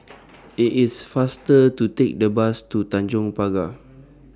IT IS faster to Take The Bus to Tanjong Pagar